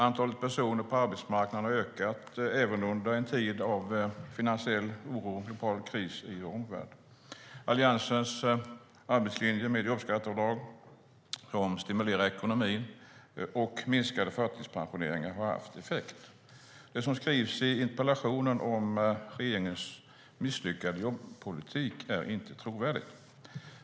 Antalet personer på arbetsmarknaden har ökat även under en tid av finansiell oro och kris i omvärlden. Alliansens arbetslinje med jobbskatteavdrag som stimulerar ekonomin och minskade förtidspensioneringarna har haft effekt. Det som skrivs i interpellationen om regeringens misslyckade jobbpolitik är inte trovärdigt.